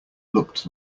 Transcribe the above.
looked